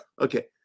Okay